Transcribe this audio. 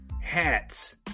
hats